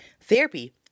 therapy